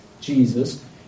Jesus